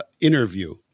interview